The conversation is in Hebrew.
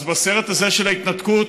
אז בסרט הזה של ההתנתקות,